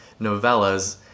Novellas